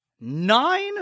nine